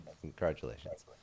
Congratulations